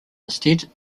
instead